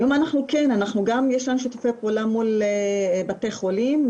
היום יש לנו שיתופי פעולה מול בתי חולים,